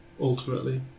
ultimately